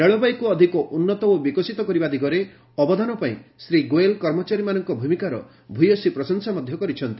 ରେଳବାଇକୁ ଅଧିକ ଉନ୍ନତ ଓ ବିକଶିତ କରିବା ଦିଗରେ ଅବଦାନ ପାଇଁ ଶ୍ରୀ ଗୋୟଲ୍ କର୍ମଚାରୀମାନଙ୍କ ଭୂମିକାର ପ୍ରଶଂସା କରିଛନ୍ତି